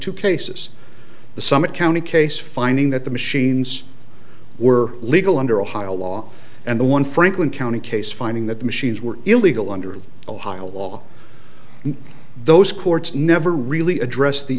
two cases the summit county case finding that the machines were legal under ohio law and the one franklin county case finding that the machines were illegal under ohio law and those courts never really address the